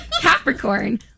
Capricorn